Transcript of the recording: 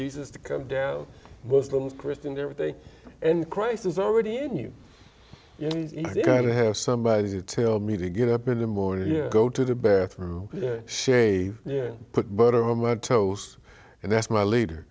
jesus to come down muslims christians everything and christ is already in you got to have somebody tell me to get up in the morning go to the bathroom shave and put butter on my toes and that's my leader